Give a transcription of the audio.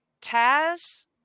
Taz